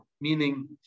meaning